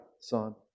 Son